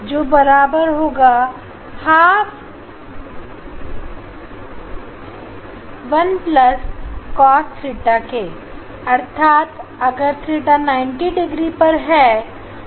जो बराबर होगा half one plus cos theta के अर्थात अगर थीटा 90 डिग्री पर है